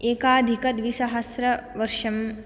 एकाधिकद्विसहस्रवर्षं